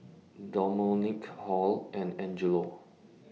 Domonique Hall and Angelo